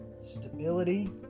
stability